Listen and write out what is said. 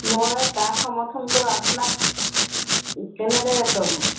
মই কাক সমৰ্থন কৰোঁ আপোনাক কেনেদৰে ক'ম